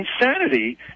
insanity